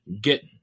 get